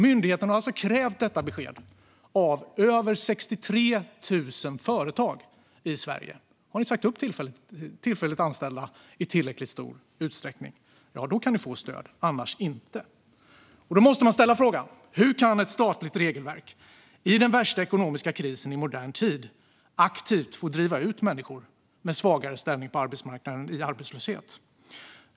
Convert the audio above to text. Myndigheten har alltså krävt detta besked från över 63 000 företag i Sverige. Har man sagt upp tillfälligt anställda i tillräckligt stor omfattning kan man få stöd, annars inte. Då måste man ställa frågan: Hur kan ett statligt regelverk i den värsta ekonomiska krisen i modern tid aktivt få driva ut människor med svagare ställning på arbetsmarknaden i arbetslöshet?